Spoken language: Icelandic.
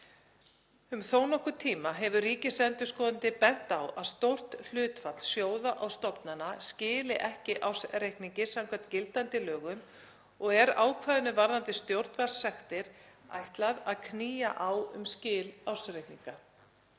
Um þó nokkurn tíma hefur ríkisendurskoðandi bent á að stórt hlutfall sjóða og stofnana skili ekki ársreikningi samkvæmt gildandi lögum og er ákvæðinu varðandi stjórnvaldssektir ætlað að knýja á um skil ársreikninga.